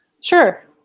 Sure